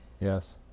Yes